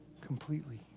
completely